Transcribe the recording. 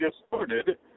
distorted